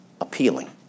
appealing